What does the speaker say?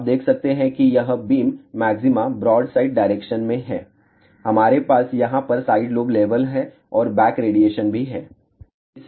तो आप देख सकते हैं कि यह बीम मैक्सिमा ब्रॉडसाइड डायरेक्शन में है हमारे पास यहाँ पर साइड लोब लेवल है और बैक रेडिएशन भी है